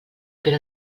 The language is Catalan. però